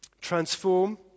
Transform